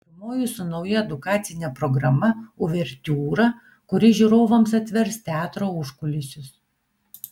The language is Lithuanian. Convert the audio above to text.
pirmoji su nauja edukacine programa uvertiūra kuri žiūrovams atvers teatro užkulisius